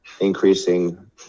increasing